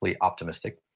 optimistic